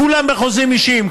כולם בחוזים אישיים.